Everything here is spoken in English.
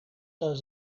does